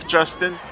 Justin